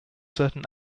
certain